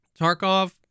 Tarkov